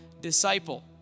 disciple